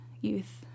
youth